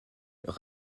leur